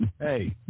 hey